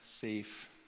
safe